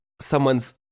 someone's